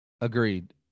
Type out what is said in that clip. Agreed